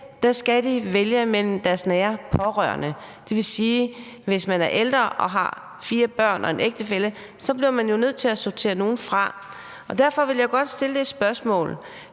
dag skal de vælge mellem deres nære pårørende, og det vil sige, at hvis man er en ældre med fire børn og en ægtefælle, bliver man jo nødt til at sortere nogle fra. Derfor vil jeg godt stille et spørgsmål